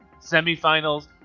semifinals